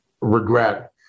regret